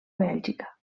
bèlgica